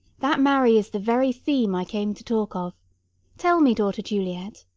that marry is the very theme i came to talk of tell me, daughter juliet,